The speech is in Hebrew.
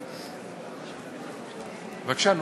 בבקשה.